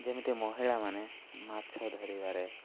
ଯେମିତି ମହିଳାମାନେ ମାଛ ଧରିବାରେ